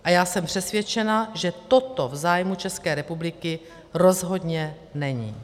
A já jsem přesvědčena, že toto v zájmu České republiky rozhodně není.